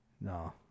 No